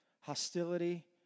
hostility